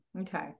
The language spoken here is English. Okay